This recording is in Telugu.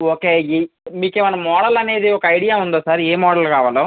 ఓకే మీకు ఏమన్నా మోడల్ అనేది ఒక ఐడియా ఉందా సార్ మీకు ఏ మోడల్ కావాలో